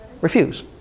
Refuse